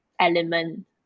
element